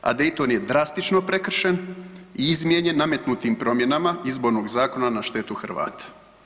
A Dayton je drastično prekršen i izmijenjen nametnutim promjenama Izbornog zakona na štetu Hrvata.